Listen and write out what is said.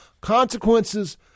consequences